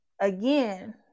again